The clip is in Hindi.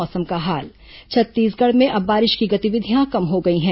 मौसम छत्तीसगढ़ में अब बारिश की गतिविधियां कम हो गई हैं